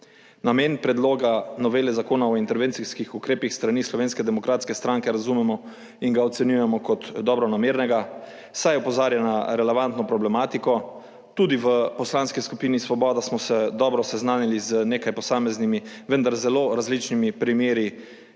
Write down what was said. Namen predloga novele Zakona o intervencijskih ukrepih s strani Slovenske demokratske stranke razumemo in ga ocenjujemo kot dobronamernega, saj opozarja na relevantno problematiko. Tudi v Poslanski skupini Svoboda smo se dobro seznanili z nekaj posameznimi, vendar zelo različnimi primeri